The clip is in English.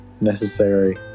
necessary